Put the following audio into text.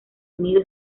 unido